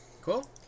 Cool